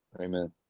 Amen